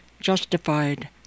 justified